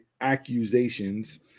accusations